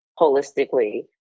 holistically